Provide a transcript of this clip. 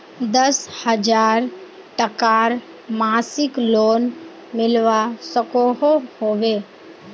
दस हजार टकार मासिक लोन मिलवा सकोहो होबे?